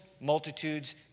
multitudes